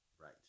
Right